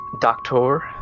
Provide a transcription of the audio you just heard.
Doctor